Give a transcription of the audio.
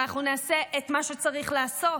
ואנחנו נעשה את מה שצריך לעשות.